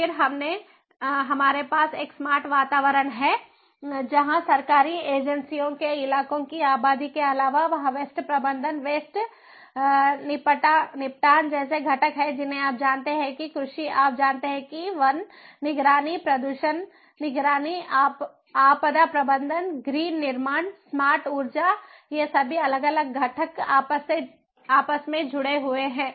फिर हमारे पास एक स्मार्ट वातावरण है जहां सरकारी एजेंसियों के इलाक़ों की आबादी के अलावा वहाँ वेस्ट प्रबंधन वेस्ट निपटान जैसे घटक हैं जिन्हें आप जानते हैं कि कृषि आप जानते हैं कि वन निगरानी प्रदूषण निगरानी आपदा प्रबंधन ग्रीन निर्माण स्मार्ट ऊर्जा ये सभी अलग अलग घटक आपस में जुड़े हुए हैं